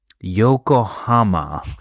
Yokohama